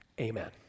amen